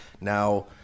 now